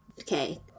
Okay